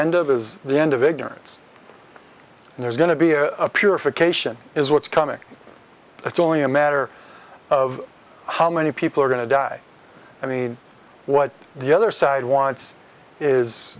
end of is the end of ignorance and there's going to be a purification is what's coming it's only a matter of how many people are going to die i mean what the other side wants is